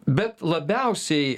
bet labiausiai